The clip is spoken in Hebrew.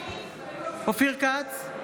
אופיר כץ,